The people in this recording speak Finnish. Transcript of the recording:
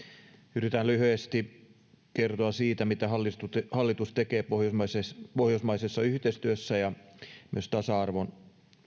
yritän lyhyesti kertoa siitä mitä hallitus tekee pohjoismaisessa yhteistyössä ja myös tasa arvon